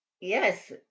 Yes